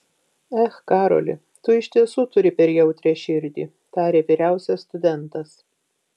ech karoli tu iš tiesų turi per jautrią širdį tarė vyriausias studentas